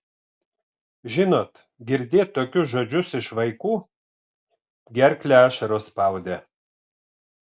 žinot girdėt tokius žodžius iš vaikų gerklę ašaros spaudė